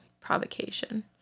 provocation